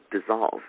dissolve